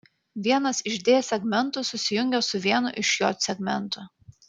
vienas iš d segmentų susijungia su vienu iš j segmentų